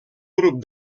grup